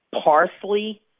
Parsley